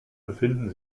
befinden